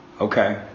Okay